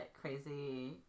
crazy